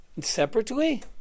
Separately